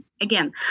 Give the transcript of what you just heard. again